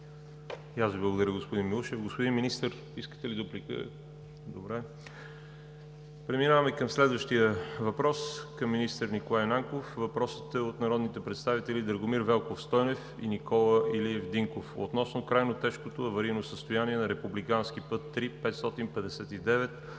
И аз Ви благодаря, господин Милушев. Господин Министър, искате ли дуплика? Не. Преминаваме към следващия въпрос към министър Николай Нанков. Въпросът е от народните представители Драгомир Велков Стойнев и Никола Илиев Динков относно крайно тежкото аварийно състояние на Републикански път ІІІ-559